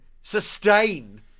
sustain